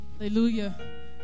Hallelujah